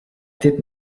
did